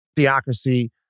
theocracy